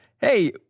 Hey